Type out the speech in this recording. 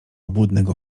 obłudnego